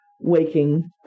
waking